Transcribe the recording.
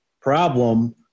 problem